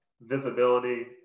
visibility